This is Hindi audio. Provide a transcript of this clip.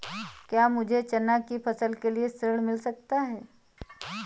क्या मुझे चना की फसल के लिए ऋण मिल सकता है?